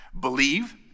Believe